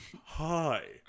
Hi